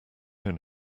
own